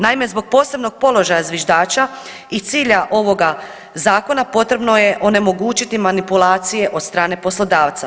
Naime, zbog posebnog položaja zviždača i cilja ovoga zakona potrebno je onemogućiti manipulacije od strane poslodavca.